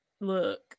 look